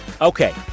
Okay